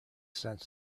sense